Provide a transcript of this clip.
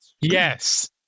Yes